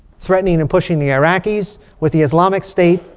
threatening and pushing the iraqis with the islamic state,